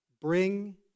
bring